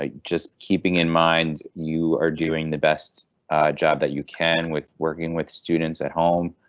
ah just keeping in mind, you are doing the best job that you can with working with students at home.